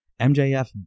mjf